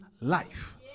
life